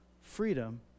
freedom